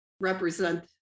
represent